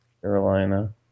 Carolina